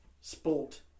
sport